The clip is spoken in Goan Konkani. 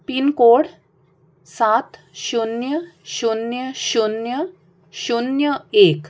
पिनकोड सात शुन्य शुन्य शुन्य शुन्य एक